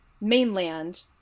mainland